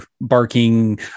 barking